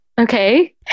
Okay